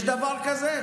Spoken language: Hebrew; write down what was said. יש דבר כזה?